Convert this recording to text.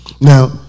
Now